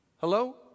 Hello